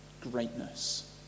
greatness